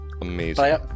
Amazing